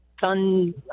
sun